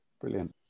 brilliant